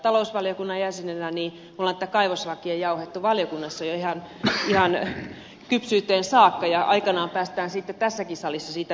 talousvaliokunnan jäsenenä totean että me olemme kaivoslakia jauhaneet valiokunnassa jo ihan kypsyyteen saakka ja aikanaan päästään sitten tässäkin salissa siitä vääntämään